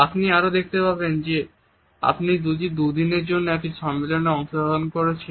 আপনি আরো দেখতে পাবেন যে আপনি যদি দুদিনের জন্য একটি সম্মেলনে অংশগ্রহণ করছেন